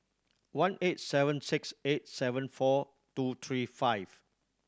one eight seven six eight seven four two three five